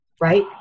right